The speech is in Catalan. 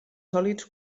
sòlids